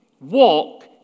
walk